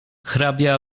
hrabia